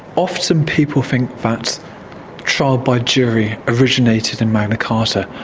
often people think that trial by jury originated in magna carta.